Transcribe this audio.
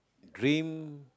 dream